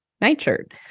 nightshirt